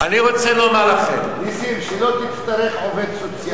אני רוצה לומר לכם, נסים, שלא תצטרך עובד סוציאלי.